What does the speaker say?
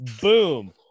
Boom